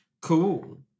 Cool